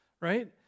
right